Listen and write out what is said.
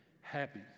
Happy